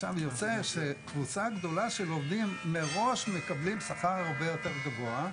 עכשיו יוצא שתפוצה גדולה של עובדים מראש מקבלים שכר הרבה יותר גבוה,